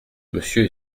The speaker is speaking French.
monsieur